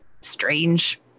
strange